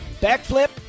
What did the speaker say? Backflip